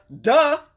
Duh